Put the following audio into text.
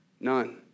None